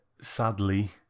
sadly